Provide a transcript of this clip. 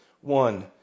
one